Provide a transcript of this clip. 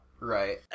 Right